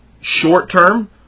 short-term